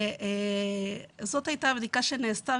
זאת הייתה הבדיקה שנעשתה.